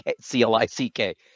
C-L-I-C-K